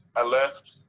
i left,